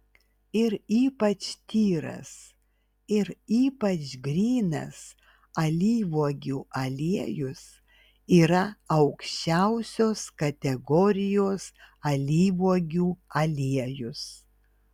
ir ypač tyras ir ypač grynas alyvuogių aliejus yra aukščiausios kategorijos alyvuogių aliejus